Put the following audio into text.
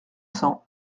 cent